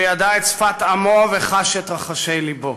שידע את שפת עמו וחש את רחשי לבו,